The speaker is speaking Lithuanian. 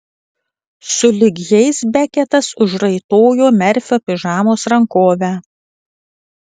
sulig jais beketas užraitojo merfio pižamos rankovę